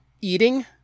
eating